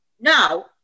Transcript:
no